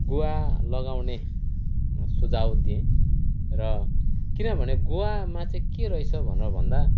गुवा लगाउने सुझाउ दिएँ र किनभने गुवामा चाहिँ के रहेछ भनेर भन्दा